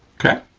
okay?